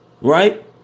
right